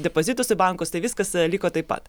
depozitus į bankus tai viskas liko taip pat